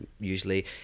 usually